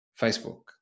Facebook